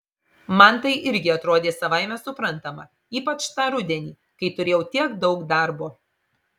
man tai irgi atrodė savaime suprantama ypač tą rudenį kai turėjau tiek daug darbo